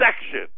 section